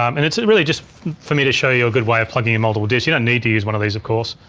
um and it's really just for me to show you a good way of plugging in multiple disks. you don't need to use one of these of course.